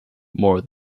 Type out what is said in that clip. more